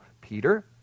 Peter